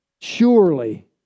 surely